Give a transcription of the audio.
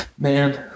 man